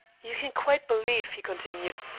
you can quite believe, he continued,